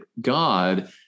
God